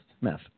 Math